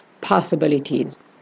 possibilities